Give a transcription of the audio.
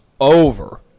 over